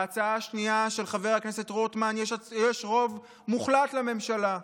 בהצעה השנייה של חבר הכנסת רוטמן יש רוב מוחלט לממשלה.